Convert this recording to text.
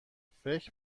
فکر